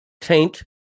taint